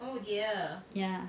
ya